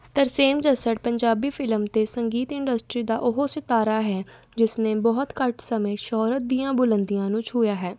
Tarsem Jassar Punjabi film ਅਤੇ ਸੰਗੀਤ industry ਦਾ ਉਹ ਸਿਤਾਰਾ ਹੈ ਜਿਸਨੇ ਬਹੁਤ ਘੱਟ ਸਮੇਂ ਸ਼ੁਹਰਤ ਦੀਆਂ ਬੁਲੰਦੀਆਂ ਨੂੰ ਛੂਹਿਆ ਹੈ